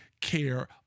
care